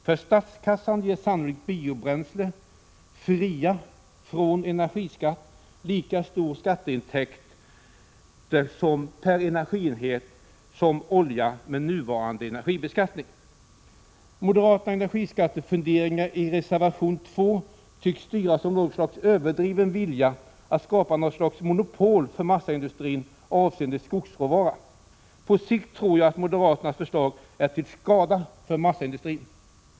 För statskassan ger sannolikt biobränslen fria från energiskatt lika stora skatteintäkter per energienhet som oljan ger med nuvarande energibeskattning. Moderaternas energiskattefunderingar i reservation 2 tycks styras av en överdriven vilja att skapa något slags monopol för massaindustrin avseende skogsråvaran. På sikt tror jag att moderaternas förslag är till skada för massaindustrin.